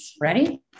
ready